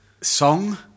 song